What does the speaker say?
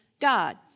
God